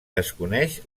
desconeix